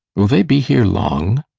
will they be here long?